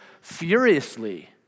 furiously